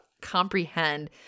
comprehend